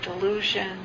delusion